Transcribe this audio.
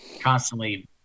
constantly